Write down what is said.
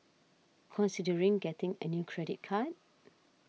considering getting a new credit card